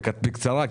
בקצרה,